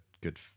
good